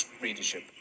readership